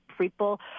People